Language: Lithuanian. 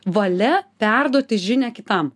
valia perduoti žinią kitam